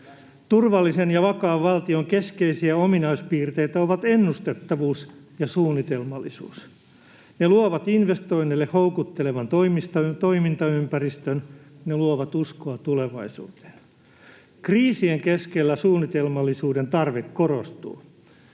Turvallisen ja vakaan valtion keskeisiä ominaispiirteitä ovat ennustettavuus ja suunnitelmallisuus. Ne luovat investoinneille houkuttelevan toimintaympäristön, ne luovat uskoa tulevaisuuteen. Kriisien keskellä suunnitelmallisuuden tarve korostuu.